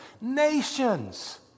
Nations